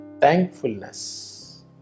thankfulness